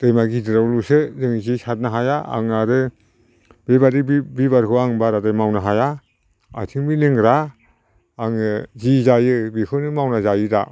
दैमा गिदिरावल'सो जों जे सारनो हाया आं आरो बेफोरबायदिखौ आं बारा मावनो हाया आथिंबो लेंग्रा आङो जि जायो बेखौनो मावना जायो दा